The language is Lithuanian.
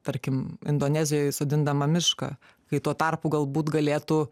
tarkim indonezijoj sodindama mišką kai tuo tarpu galbūt galėtų